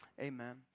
Amen